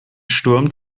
sturm